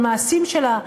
או על המעשים שלה,